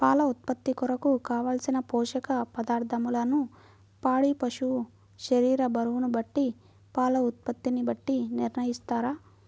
పాల ఉత్పత్తి కొరకు, కావలసిన పోషక పదార్ధములను పాడి పశువు శరీర బరువును బట్టి పాల ఉత్పత్తిని బట్టి నిర్ణయిస్తారా?